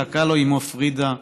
צעקה לו אימו פרידה,